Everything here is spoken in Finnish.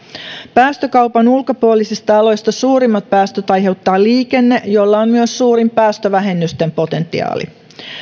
päästökaupan ulkopuolisista aloista suurimmat päästöt aiheuttaa liikenne jolla on myös suurin päästövähennysten potentiaali